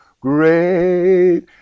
great